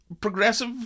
progressive